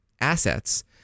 assets